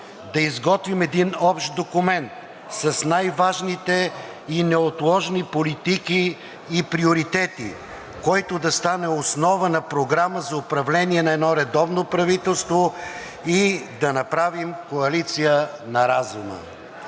да изготвим един общ документ с най-важните и неотложни политики и приоритети, който да стане основа на програма за управление на едно редовно правителство, и да направим коалиция на разума.